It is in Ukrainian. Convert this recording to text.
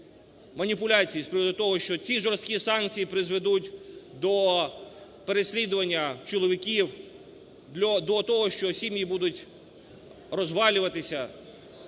маніпуляцій з приводу того, що ці жорсткі санкції призведуть до переслідування чоловіків до того, що сім'ї будуть розвалюватися.